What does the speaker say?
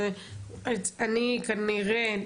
אז אני כנראה,